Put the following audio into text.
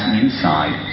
inside